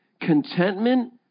contentment